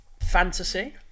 fantasy